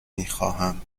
میخواهم